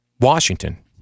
Washington